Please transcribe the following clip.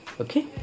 Okay